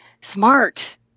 smart